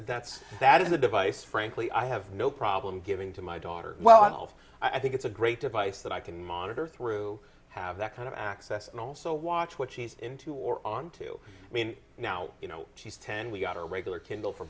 that's that is a device frankly i have no problem giving to my daughter well i think it's a great device that i can monitor through have that kind of access and also watch what she's into or onto i mean now you know she's ten we've got a regular kindle for